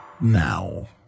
now